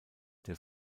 der